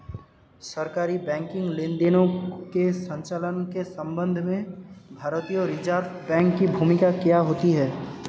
सरकारी बैंकिंग लेनदेनों के संचालन के संबंध में भारतीय रिज़र्व बैंक की भूमिका क्या होती है?